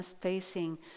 facing